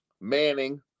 Manning